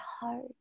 heart